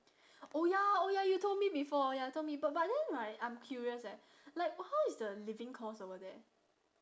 oh ya oh ya you told me before ya told me but but then right I'm curious eh like how is the living cost over there